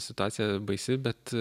situacija baisi bet